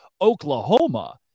Oklahoma